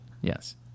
Yes